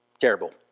Terrible